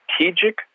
strategic